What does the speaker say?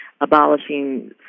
abolishing